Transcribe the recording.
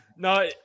No